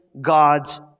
God's